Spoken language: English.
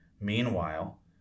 Meanwhile